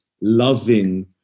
loving